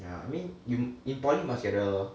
yeah I mean you important must get a